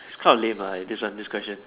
it's quite a lame ah this one this question